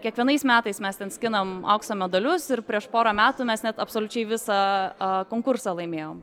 kiekvienais metais mes ten skinam aukso medalius ir prieš porą metų mes net absoliučiai visą konkursą laimėjom